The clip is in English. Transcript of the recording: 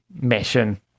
mission